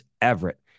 Everett